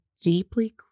deeply